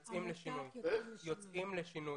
עמותת יוצאים לשינוי.